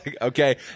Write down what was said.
okay